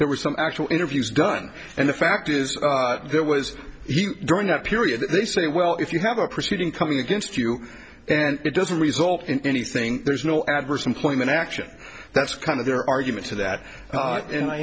there were some actual interviews done and the fact is there was during that period they say well if you have a proceeding coming against you and it doesn't result in anything there's no adverse employment action that's kind of their argument to that and i